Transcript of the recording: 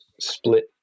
split